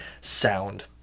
sound